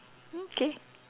okay